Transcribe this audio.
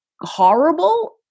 horrible